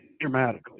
dramatically